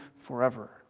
forever